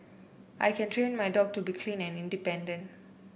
I can train my dog to be clean and independent